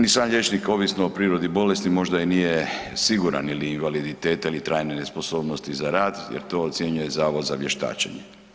I sam liječnik, ovisno o prirodi bolesti, možda i nije siguran je li invaliditet ili trajne nesposobnosti za rad jer to ocjenjuje Zavod za vještačenje.